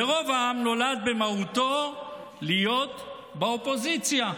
ורוב העם נולד במהותו להיות באופוזיציה.